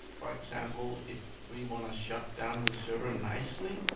for example, if we wanna shut down the server nicely,